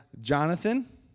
Jonathan